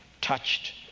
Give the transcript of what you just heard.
touched